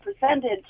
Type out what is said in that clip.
percentage